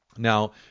Now